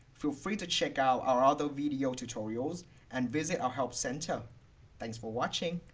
feel free to check out our other video tutorials and visit our help center thanks for watching